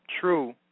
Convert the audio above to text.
true